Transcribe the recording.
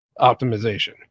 optimization